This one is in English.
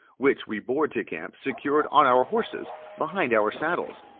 which we bore to camp secured on our horses behind our saddles,